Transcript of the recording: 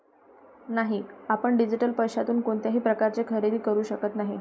नाही, आपण डिजिटल पैशातून कोणत्याही प्रकारचे खरेदी करू शकत नाही